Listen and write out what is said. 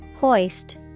hoist